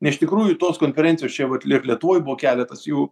iš tikrųjų tos konferencijos čia vat ir lietuvoj buvo keletas jų